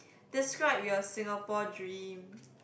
describe your Singapore dream